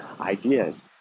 ideas